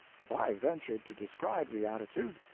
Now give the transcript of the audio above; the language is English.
if i ventured to describe the attitude,